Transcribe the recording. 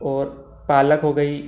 और पालक हो गई